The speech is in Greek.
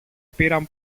πήραν